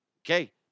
Okay